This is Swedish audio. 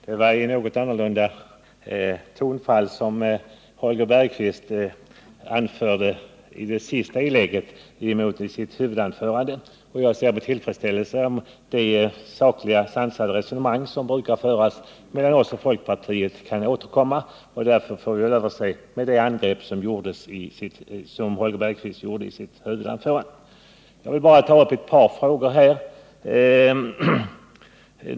Herr talman! Det var ett helt annat tonfall i Holger Bergqvists replik nu än i hans huvudanförande. Jag ser med tillfredsställelse om de sansade och sakliga resonemang som brukar föras mellan oss och folkpartiet kan återkomma. Därför överser jag med de angrepp som Holger Bergqvist riktade mot oss i sitt huvudanförande. Jag vill nu bara ta upp ett par frågor.